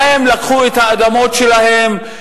להם לקחו את האדמות שלהם,